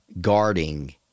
guarding